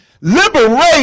liberate